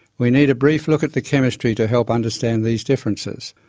we need a brief look at the chemistry to help understand these differences.